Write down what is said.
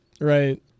Right